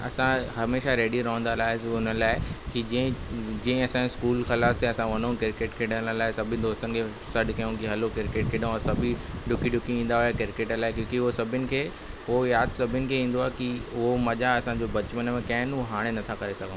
असां हमेशह रैडी रहंदा हिन लाइ हुन लाइ की जीअं ई जीअं ई असांजो स्कूल खलास थे असां वञऊं क्रिकेट खेॾण लाए सब ई दोस्तनि खे सॾु कियऊं कि हलो क्रिकेट खेॾूं ऐं सभु ई डुकी डुकी ईंदा हुआ क्रिकेट लाइ छोकी उहे सभिनि खे पो यादि सभिनीनि खे ईंदो आहे की उहो मज़ा असांजो बचपन में कया इन उहे हाणे नथा करे सघूं